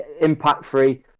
impact-free